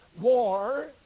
war